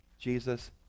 Jesus